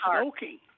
smoking